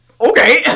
Okay